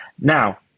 Now